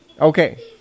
Okay